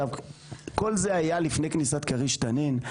כל זה היה לפני כניסת כריש-תנין.